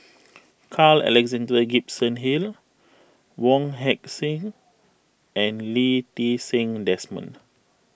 Carl Alexander Gibson Hill Wong Heck Sing and Lee Ti Seng Desmond